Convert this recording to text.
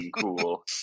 cool